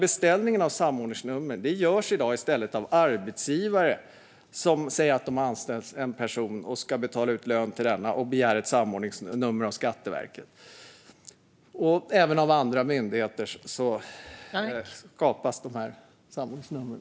Beställning av samordningsnummer görs i stället av arbetsgivare som säger att man har anställt en person som man ska betala ut lön till och att man därför begär ett samordningsnummer av Skatteverket. Även andra myndigheter är med och skapar de här samordningsnumren.